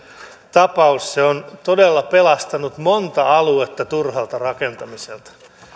tapaus se on todella pelastanut monta aluetta turhalta rakentamiselta